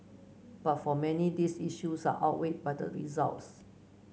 but for many these issues are outweighed by the results